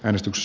äänestys